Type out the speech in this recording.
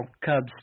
Cubs